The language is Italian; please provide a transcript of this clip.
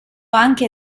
anche